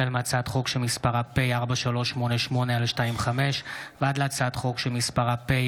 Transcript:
החל בהצעת חוק פ/4388/25 וכלה בהצעת חוק פ/4410/25: